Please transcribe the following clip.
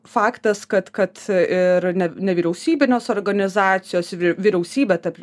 faktas kad kad ir ne nevyriausybinios organizacijos vy vyriausybė tapl